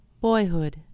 Boyhood